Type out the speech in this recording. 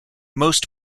most